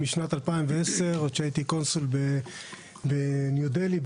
משנת 2010; עוד כשהייתי קונסול בניו דלהי,